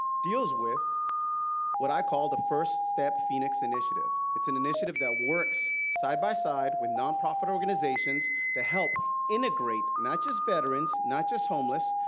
deals with what i call the first step phoenix initiative. it's an initiative that works side by side with nonprofit organizations to help integrate, not just veterans, not just homeless,